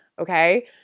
okay